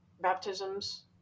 Baptisms